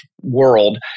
world